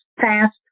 fast